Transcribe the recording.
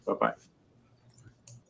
Bye-bye